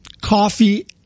coffee